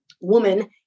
woman